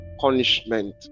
punishment